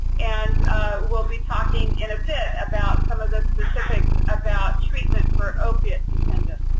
and we'll be talking in a bit about some of the specifics about treatment for opioid dependence